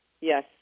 yes